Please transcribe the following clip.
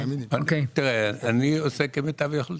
אני עושה כמיטב יכולתי.